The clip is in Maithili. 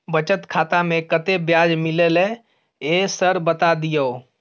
बचत खाता में कत्ते ब्याज मिलले ये सर बता दियो?